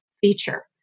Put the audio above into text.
feature